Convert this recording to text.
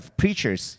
preachers